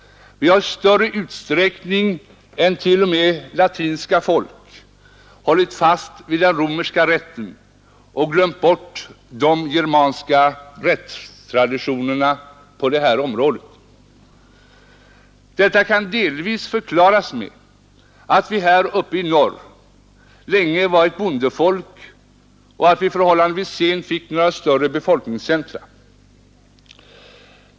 Vi har i större utsträckning än t.o.m. latinska folk hållit fast vid den romerska rätten och glömt bort de germanska rättstraditionerna på detta område. Detta kan delvis förklaras med att vi här uppe i norr länge varit ett bondefolk och att vi förhållandevis sent fick några större befolkningscentra.